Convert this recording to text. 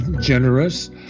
generous